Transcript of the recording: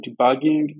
debugging